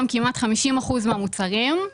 כמעט 50 אחוזים מהמוצרים הם